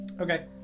Okay